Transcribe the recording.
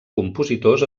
compositors